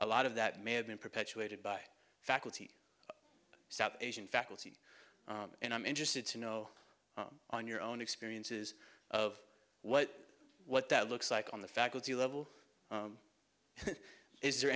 a lot of that may have been perpetuated by faculty south asian faculty and i'm interested to know on your own experiences of what what that looks like on the faculty level is there